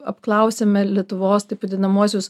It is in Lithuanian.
apklausėme lietuvos taip vadinamuosius